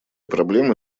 проблемы